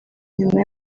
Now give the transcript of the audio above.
nyuma